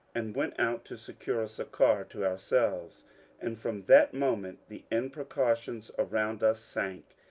and went out to secure us a car to ourselves and from that moment the imprecations around us sank,